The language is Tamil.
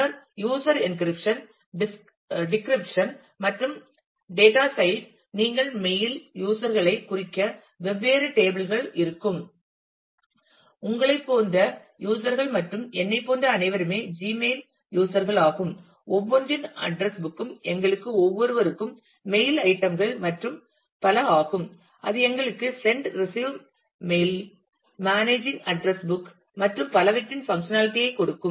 பின்னர் யூஸர் என்கிரிப்ஷன் டிகிரிப்ஷன் மற்றும் டேட்டா சைட் நீங்கள் மெயில் யூஸர் களை குறிக்க வெவ்வேறு டேபிள் கள் இருக்கும் உங்களைப் போன்ற யூஸர் கள் மற்றும் என்னைப் போன்ற அனைவருமே ஜிமெயிலின் யூஸர் கள் ஆகும் ஒவ்வொன்றின் அட்ரஸ் புக் ம் எங்களுக்கு ஒவ்வொருவருக்கும் மெயில் ஐட்டம் கள் மற்றும் பல ஆகும் அது எங்களுக்கு send receive mail managing address book மற்றும் பலவற்றின் பங்க்ஷநால்டிஐ கொடுக்கும்